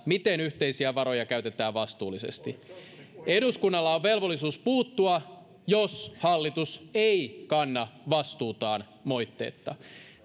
miten yhteisiä varoja käytetään vastuullisesti eduskunnalla on velvollisuus puuttua jos hallitus ei kanna vastuutaan moitteetta